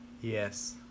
Yes